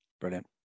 brilliant